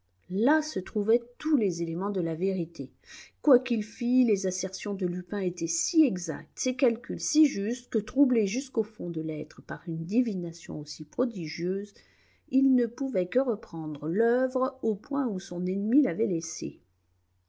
là se trouvaient tous les éléments de la vérité quoi qu'il fît les assertions de lupin étaient si exactes ses calculs si justes que troublé jusqu'au fond de l'être par une divination aussi prodigieuse il ne pouvait que reprendre l'œuvre au point où son ennemi l'avait laissée